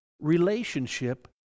relationship